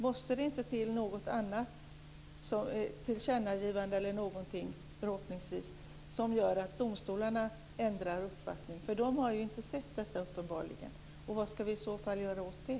Måste det inte till något annat, ett tillkännagivande eller någonting, som förhoppningsvis gör att domstolarna ändrar uppfattning? De har ju uppenbarligen inte sett detta. Vad ska vi i så fall göra åt det?